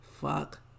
fuck